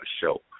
show